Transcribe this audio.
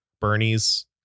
Bernie's